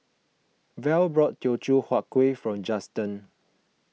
Val bought Teochew Huat Kueh for Justen